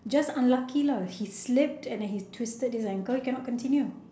just unlucky lah he slipped and he twisted his ankle he cannot continue